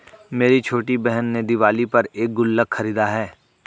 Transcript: मेरी छोटी बहन ने दिवाली पर एक गुल्लक खरीदा है